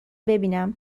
بیینم